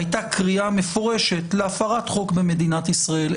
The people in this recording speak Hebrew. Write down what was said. היתה קריאה מפורשת להפרת חוק במדינת ישראל.